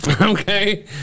Okay